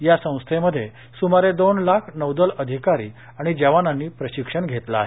या संस्थेमध्ये सुमारे दोन लाख नौदल अधिकारी आणि जवानांनी प्रशिक्षण घेतलं आहे